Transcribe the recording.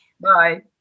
bye